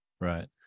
Right